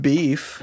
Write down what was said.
Beef